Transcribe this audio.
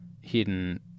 hidden